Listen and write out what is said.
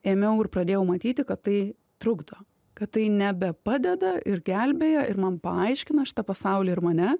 ėmiau ir pradėjau matyti kad tai trukdo kad tai nebepadeda ir gelbėja ir man paaiškino šitą pasaulį ir mane